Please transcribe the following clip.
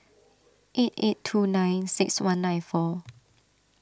eight eight two nine six one nine four